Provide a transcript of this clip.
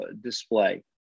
display